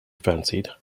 fancied